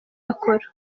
akora